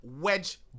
wedge